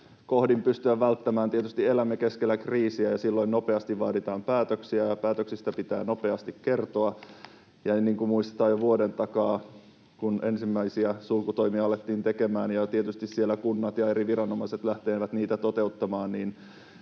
kohdin pystyä välttämään. Tietysti elämme keskellä kriisiä, ja silloin nopeasti vaaditaan päätöksiä ja päätöksistä pitää nopeasti kertoa. Ja niin kuin muistetaan jo vuoden takaa, kun ensimmäisiä sulkutoimia alettiin tekemään ja tietysti siellä kunnat ja eri viranomaiset lähtivät niitä toteuttamaan,